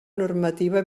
normativa